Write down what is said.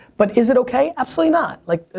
but is it okay? absolutely not. like,